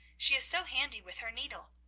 she is so handy with her needle.